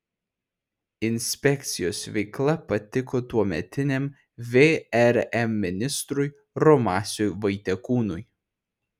inspekcijos veikla patiko tuometiniam vrm ministrui romasiui vaitekūnui